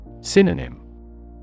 Synonym